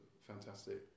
fantastic